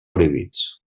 prohibits